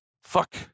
fuck